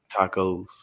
tacos